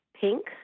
pink